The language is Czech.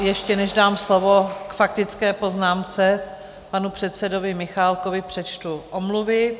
Ještě než dám slovo k faktické poznámce panu předsedovi Michálkovi, přečtu omluvy.